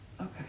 Okay